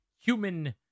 human